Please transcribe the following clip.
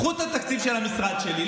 קחו את התקציב של המשרד שלי,